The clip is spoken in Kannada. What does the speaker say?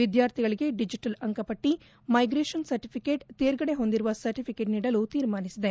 ವಿದ್ಯಾರ್ಥಿಗಳಿಗೆ ಡಿಜಿಟಲ್ ಅಂಕಪಟ್ಟಿ ಮೈಗ್ರೇಷನ್ ಸರ್ಟಿಫಿಕೇಷ್ ತೇರ್ಗಡೆ ಹೊಂದಿರುವ ಸರ್ಟಿಫಿಕೇಷ್ ನೀಡಲು ತೀರ್ಮಾನಿಸಿದೆ